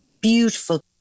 beautiful